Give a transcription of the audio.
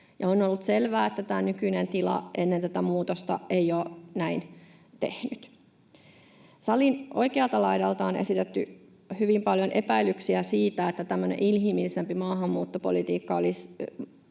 On ollut selvää, että tämä nykyinen tila ennen tätä muutosta ei ole näin tehnyt. Salin oikealta laidalta on esitetty hyvin paljon epäilyksiä siitä, että tämmöinen inhimillisempi maahanmuuttopolitiikka olisi